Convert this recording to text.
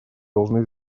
должны